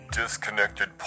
disconnected